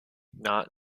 not